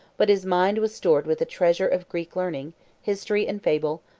but his mind was stored with a treasure of greek learning history and fable,